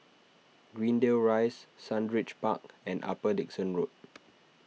Greendale Rise Sundridge Park and Upper Dickson Road